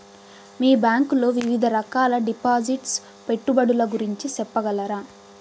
మీ bank లో వివిధ రకాల డిపాసిట్స్, పెట్టుబడుల గురించి సెప్పగలరా?